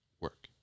Work